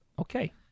Okay